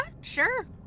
sure